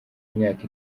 imyaka